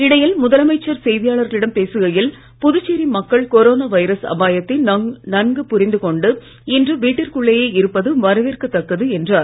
இடையில் செய்தியாளர்களிடம் முதலமைச்சர் பேசுகையில் புதுச்சேரி மக்கள் கொரோனா வைரஸ் அபாயத்தை நன்கு புரிந்து கொண்டு இன்று வீட்டிற்குள்ளேயே இ ருப்பது வரவேற்கத்தக்கது என்றார்